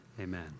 Amen